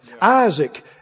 Isaac